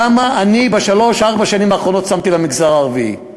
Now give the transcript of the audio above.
כמה אני שמתי בשלוש-ארבע השנים האחרונות במגזר הערבי,